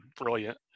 brilliant